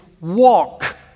walk